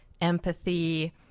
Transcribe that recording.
empathy